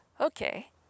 Okay